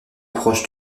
proche